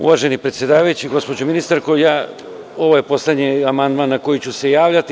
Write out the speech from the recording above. Uvaženi predsedavajući, gospođo ministarko, ovo je poslednji amandman na koji ću se javljati.